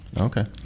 Okay